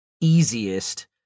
easiest